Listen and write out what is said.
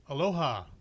Aloha